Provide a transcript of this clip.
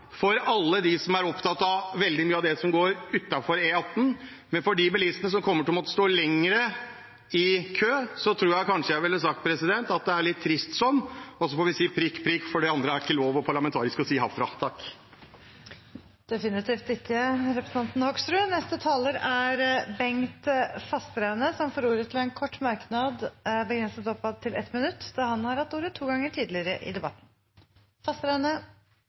for alle dem som er opptatt av veldig mye av det som går utenfor E18. Men for de bilistene som kommer til å måtte stå lenger i kø, tror jeg kanskje jeg ville sagt at det er litt trist slik, og så får vi si «prikk, prikk», for det andre er det ikke lov, ikke parlamentarisk, å si herfra. Definitivt ikke. Representanten Bengt Fasteraune har hatt ordet to ganger tidligere i debatten og får ordet til en kort merknad, begrenset til 1 minutt. Det er jo spesielt å høre at man delvis ikke har